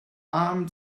armed